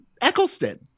Eccleston